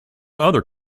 other